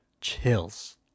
chills